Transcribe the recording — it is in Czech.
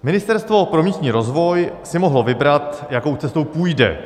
Ministerstvo pro místní rozvoj si mohlo vybrat, jakou cestou půjde.